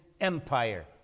Empire